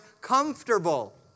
comfortable